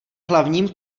hlavním